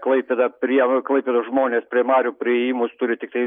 klaipėda prie klaipėdos žmonės prie marių priėjimus turi tiktai